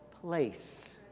place